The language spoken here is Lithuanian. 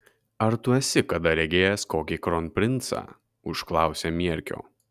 ar tu esi kada regėjęs kokį kronprincą užklausė mierkio